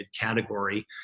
category